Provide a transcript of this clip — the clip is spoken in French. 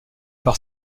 par